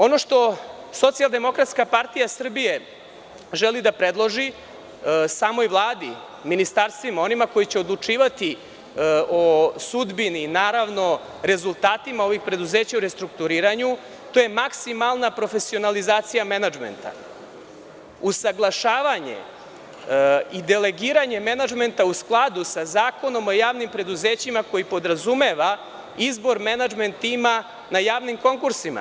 Ono što SDPS želi da predloži samoj Vladi, ministarstvima, onima koji će odlučivati o sudbini, o rezultatima ovih preduzeća u restrukturiranju, to je maksimalna profesionalizacija menadžmenta, usaglašavanje i delegiranje menadžmenta u skladu sa Zakonom o javnim preduzećima koji podrazumeva izbor menadžmenta i ima na javnim konkursima.